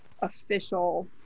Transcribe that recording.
official